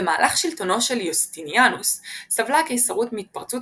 במהלך שלטונו של יוסטיניאנוס סבלה הקיסרות מהתפרצות